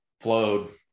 flowed